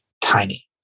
tiny